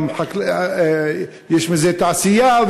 יש בזה תעשייה,